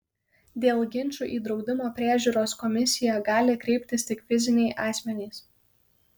dėl ginčų į draudimo priežiūros komisiją gali kreiptis tik fiziniai asmenys